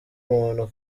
muntu